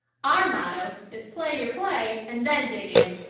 our motto is play your play and then dig in.